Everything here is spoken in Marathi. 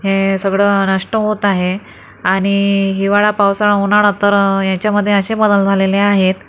हे सगळं नष्ट होत आहे आणि हिवाळा पावसाळा उन्हाळा तर यांच्यामध्ये असे बदल झालेले आहेत